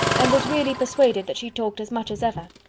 and was really persuaded that she talked as much as ever.